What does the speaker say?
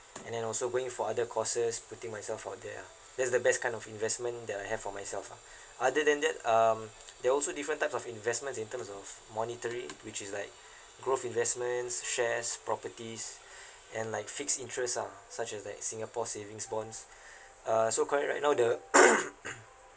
and then also going for other courses putting myself for that ah that's the best kind of investment that I have for myself lah other than that um there are also different types of investments in terms of monetary which is like growth investments shares properties and like fixed interest ah such as like singapore savings bonds uh so current right now the